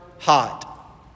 hot